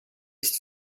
ist